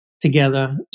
together